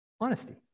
honesty